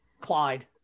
Clyde